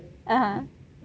(uh huh)